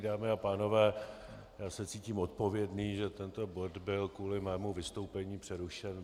Dámy a pánové, cítím se odpovědný, že tento bod byl kvůli mému vystoupení přerušen.